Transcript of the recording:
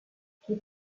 qui